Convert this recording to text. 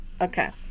okay